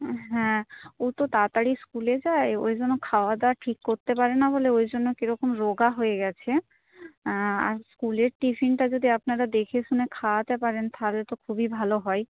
হ্যাঁ ও তো তাড়াতাড়ি স্কুলে যায় ওই জন্য খাওয়া দাওয়া ঠিক করতে পারে না বলে ওই জন্য কীরকম রোগা হয়ে গেছে আর স্কুলের টিফিনটা যদি আপনারা দেখে শুনে খাওয়াতে পারেন তাহলে তো খুবই ভালো হয়